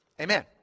Amen